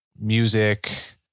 music